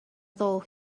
though